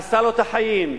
הרסה לו את החיים,